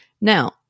Now